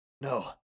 No